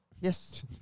Yes